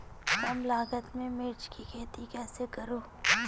कम लागत में मिर्च की खेती कैसे करूँ?